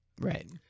Right